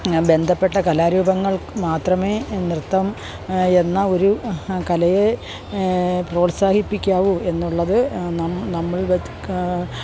ബന്ധപ്പെട്ട കലാരൂപങ്ങൾ മാത്രമേ നൃത്തം എന്ന ഒരു കലയെ പ്രോത്സാഹിപ്പിക്കാവു എന്നുള്ളത് നമ്മൾ